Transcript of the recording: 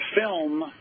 film